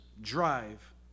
drive